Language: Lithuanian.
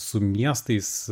su miestais